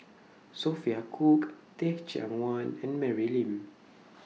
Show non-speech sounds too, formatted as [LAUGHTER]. Sophia Cooke Teh Cheang Wan and Mary Lim [NOISE]